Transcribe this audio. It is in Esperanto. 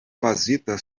bazita